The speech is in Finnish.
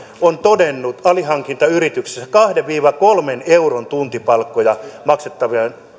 on todennut alihankintayrityksissä kahden viiva kolmen euron tuntipalkkoja maksettavan